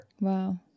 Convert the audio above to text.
Wow